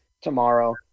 tomorrow